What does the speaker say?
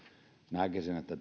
näkisin että